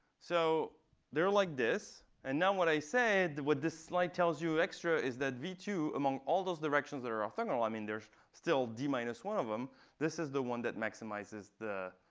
so they're like this. and now, what i said what this slide tells you extra is that v two among all those directions that are orthogonal i mean, there's still d minus one of them this is the one that maximizes the,